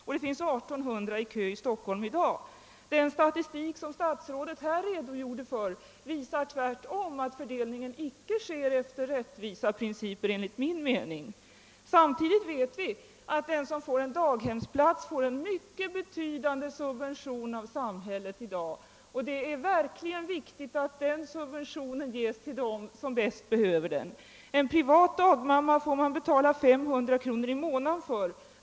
Det står 1 800 i kö i Stockholm i dag. Den statistik som statsrådet redogjorde för visar enligt min mening att fördelningen icke sker efter rättviseprinciper. Samtidigt vet vi att den som får en daghemsplats erhåller en mycket betydande subvention av samhället. Det är verkligen viktigt att den subventionen ges till dem som bäst behöver den. En privat dagmamma får man betala 500 kronor i månaden för.